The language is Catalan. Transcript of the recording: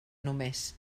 només